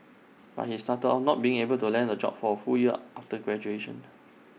but he started off not being able to land A job for A full year after graduation